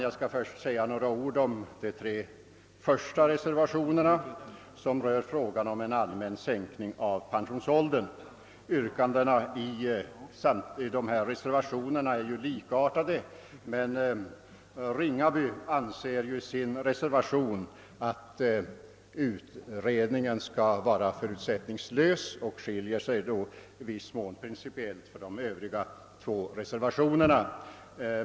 Jag skall först säga några ord om de tre första reservationerna, som rör frågan om en allmän sänkning av pensionsåldern. Yrkandena i samtliga dessa reservationer är ju likartade, men herr Ringaby anser i sin reservation att utredningen skall vara förutsättningslös och skiljer sig därigenom i viss mån principiellt från de två andra reservationerna.